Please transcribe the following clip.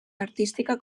artística